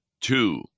two